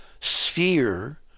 sphere